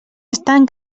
estan